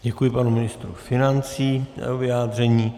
Děkuji panu ministru financí za jeho vyjádření.